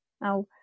Now